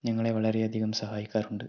ഞങ്ങളെ വളരെയധികം സഹായിക്കാറുണ്ട്